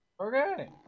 Okay